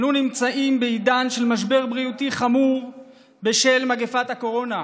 אנו נמצאים בעידן של משבר בריאותי חמור בשל מגפת הקורונה.